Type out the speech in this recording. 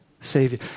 Savior